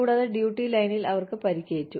കൂടാതെ ഡ്യൂട്ടി ലൈനിൽ അവർക്ക് പരിക്കേറ്റു